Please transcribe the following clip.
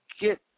get